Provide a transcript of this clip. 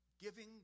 Giving